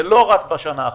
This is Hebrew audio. זה לא רק בשנה האחרונה.